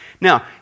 Now